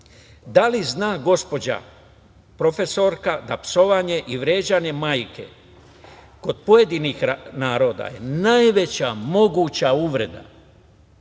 Da li zna gospođa profesorka da psovanje i vređanje majke kod pojedinih naroda je najveća moguća uvreda